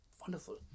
wonderful